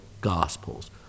Gospels